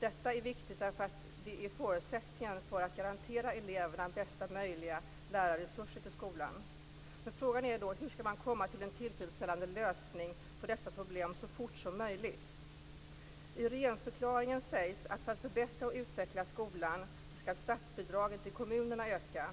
Detta är viktigt eftersom det är förutsättningen för att garantera eleverna bästa möjliga lärarresurser till skolan. Frågan är då hur man skall komma till en tillfredsställande lösning på dessa problem så fort som möjligt. I regeringsförklaringen sägs att för att förbättra och utveckla skolan skall statsbidragen till kommunerna öka.